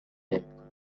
نمیکنم